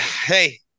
hey